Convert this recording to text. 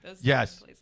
Yes